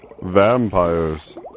vampires